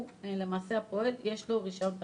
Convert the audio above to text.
לפועל יש רישיון תעסוקה.